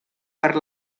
per